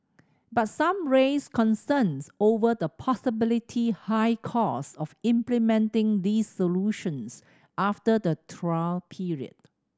but some raised concerns over the possibility high costs of implementing these solutions after the trial period